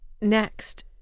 next